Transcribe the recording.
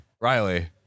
Riley